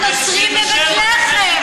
הנוצרים בבית-לחם.